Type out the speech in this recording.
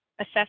assess